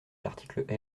l’article